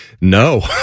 no